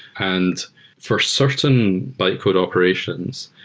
and for certain bytecode operations,